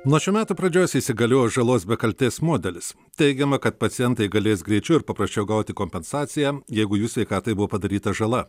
nuo šių metų pradžios įsigaliojo žalos be kaltės modelis teigiama kad pacientai galės greičiau ir paprasčiau gauti kompensaciją jeigu jų sveikatai buvo padaryta žala